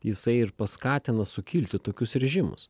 jisai ir paskatina sukilti tokius režimus